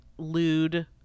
lewd